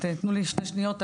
תנו לי שתי שניות,